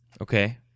Okay